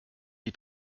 die